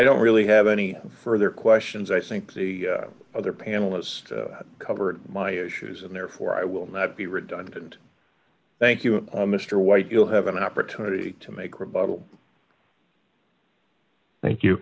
don't really have any further questions i think the other panelist covered my issues and therefore i will not be redundant thank you mr white you'll have an opportunity to make rebuttal thank you